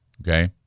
Okay